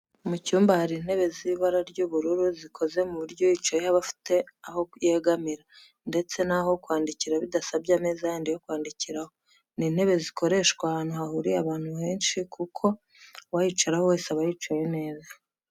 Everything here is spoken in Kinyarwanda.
Mu cyumba hari ntebe ziri mu ibara ry'ubururu zikozwe ku buryo uyicayeho aba afite aho yegamira ndetse n'aho kwandikira bidasabye ameza yandi yo kwandikiraho. Ni intebe zakoreshwa ahantu hahuriye abantu benshi kuko uwayicaraho wese yaba yicaye neza.